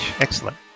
Excellent